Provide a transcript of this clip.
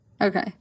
Okay